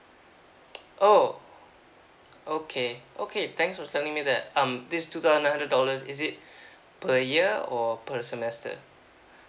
oh okay okay thanks for telling me that um this two thousand nine hundred dollars is it per year or per semester